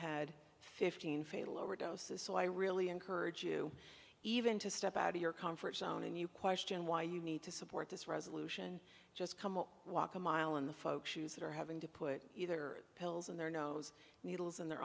had fifteen fatal overdoses so i really encourage you even to step out of your comfort zone and you question why you need to support this resolution just walk a mile in the folks shoes that are having to put either pills in their nose needles in their